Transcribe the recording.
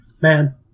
Man